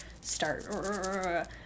start